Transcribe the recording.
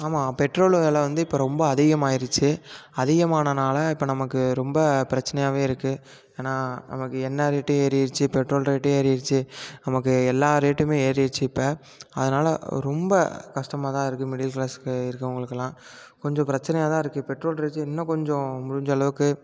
ஆமாம் பெட்ரோல் வெலை வந்து இப்போ ரொம்ப அதிகமாகிருச்சி அதிகமானதுனால இப்போ நமக்கு ரொம்ப பிரச்சனையாகவே இருக்குது ஏன்னா நமக்கு எண்ணெய் ரேட்டு ஏறிடிச்சி பெட்ரோல் ரேட்டு ஏறிடிச்சி நமக்கு எல்லா ரேட்டுமே ஏறிடிச்சி இப்போ அதனால் ரொம்ப கஷ்டமாக தான் இருக்குது மிடில் க்ளாஸுக்கு இருக்கவறங்களுக்குலாம் கொஞ்சம் பிரச்சனையாக தான் இருக்குது பெட்ரோல் ரேட்டு இன்னும் கொஞ்சம் முடிஞ்ச அளவுக்கு